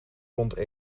rond